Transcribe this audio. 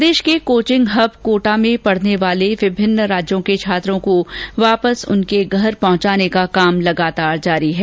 प्रदेश के coaching hub Kota में पढने वाले विभिन्न राज्यों के छात्रों को वापस उनके घर पहुंचाने का काम लगातार जारी है